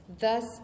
thus